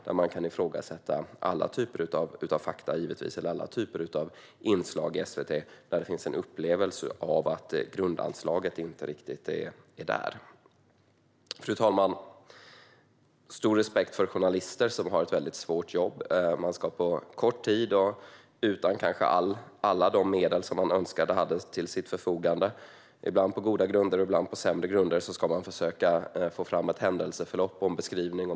Man kan givetvis ifrågasätta alla typer av fakta eller inslag i SVT där det finns en upplevelse att grundanslaget inte riktigt är där. Fru talman! Jag har stor respekt för journalister, som har ett mycket svårt jobb. Man ska på kort tid och kanske utan alla de medel som man skulle önska ha till sitt förfogande, ibland på goda grunder och ibland på sämre grunder, försöka få fram ett händelseförlopp och en beskrivning.